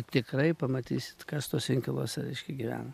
tikrai pamatysit kas tuose inkiluose reiškia gyvena